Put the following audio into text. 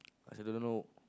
I also don't know